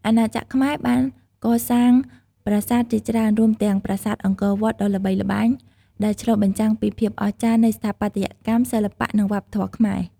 អាណាចក្រខ្មែរបានកសាងប្រាសាទជាច្រើន រួមទាំងប្រាសាទអង្គរវត្តដ៏ល្បីល្បាញ ដែលឆ្លុះបញ្ចាំងពីភាពអស្ចារ្យនៃស្ថាបត្យកម្ម សិល្បៈ និងវប្បធម៌ខ្មែរ។